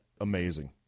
amazing